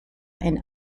and